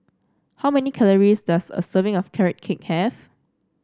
how many calories does a serving of Carrot Cake have